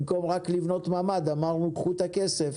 במקום לבנות רק ממ"ד, אמרנו: קחו את הכסף